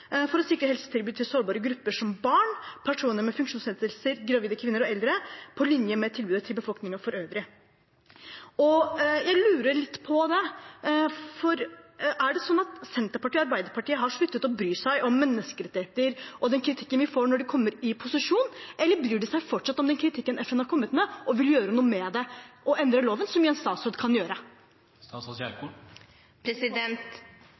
for å sikre helsetilbud til sårbare grupper som barn, personer med funksjonsnedsettelser, gravide kvinner og eldre – på linje med tilbudet til befolkningen for øvrig. Jeg lurer litt på det, for er det sånn at Senterpartiet og Arbeiderpartiet har sluttet å bry seg om menneskerettigheter og den kritikken de får, når de kommer i posisjon, eller bryr de seg fortsatt om den kritikken FN har kommet med, og vil gjøre noe med det – og endre loven, som en statsråd jo kan